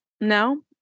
No